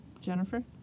Jennifer